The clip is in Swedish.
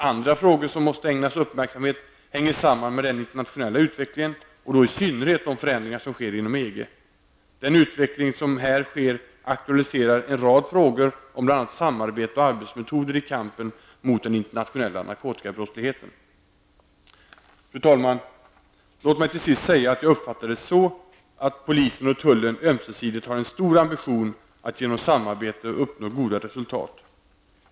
Andra frågor som måste ägnas uppmärksamhet hänger samman med den internationella utvecklingen och då i synnerhet de förändringar som sker inom EG. Den utvecklingen som här sker aktualiserar en rad frågor om bl.a. samarbete och arbetsmetoder i kampen mot den internationella narkotikabrottsligheten. Fru talman. Låt mig till sist säga att jag uppfattar det så att polisen och tullen ömsesidigt har en stor ambition att genom samarbete uppnå goda resultat.